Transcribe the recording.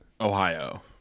Ohio